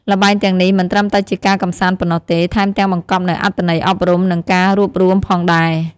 ល្បែងទាំងនេះមិនត្រឹមតែជាការកម្សាន្តប៉ុណ្ណោះទេ ថែមទាំងបង្កប់នូវអត្ថន័យអប់រំ និងការរួបរួមផងដែរ។